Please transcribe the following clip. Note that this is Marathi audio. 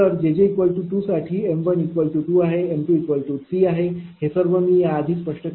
तर jj2 साठी m12 आहे आणि m23 आहे हे सर्व मी आधीच स्पष्ट केले आहे